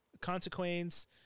Consequence